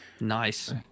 Nice